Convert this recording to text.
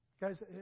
Guys